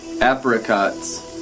apricots